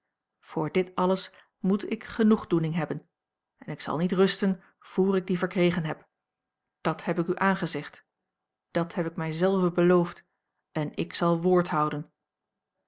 dit alles moet ik genoegdoening hebben en ik zal niet rusten vr ik die verkregen heb dat heb ik u aangezegd dat heb ik mij zelven beloofd en ik zal woord houden